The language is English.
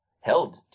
held